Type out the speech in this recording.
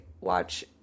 watch –